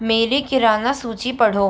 मेरी किराना सूची पढ़ो